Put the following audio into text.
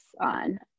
on